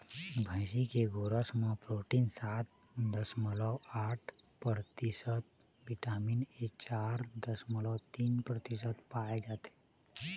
भइसी के गोरस म प्रोटीन सात दसमलव आठ परतिसत, बिटामिन ए चार दसमलव तीन परतिसत पाए जाथे